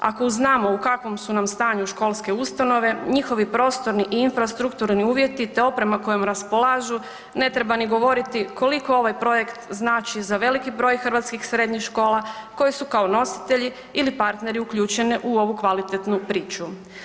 Ako znamo u kakvom su nam stanju školske ustanove, njihovi prostorni i infrastrukturni uvjeti te oprema kojom raspolažu, ne treba ni govoriti koliko ovaj projekt znači za veliki broj hrvatskih srednjih škola koje su kao nositelji ili partneri uključene u ovu kvalitetnu priču.